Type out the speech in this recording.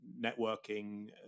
networking